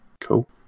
cool